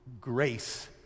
grace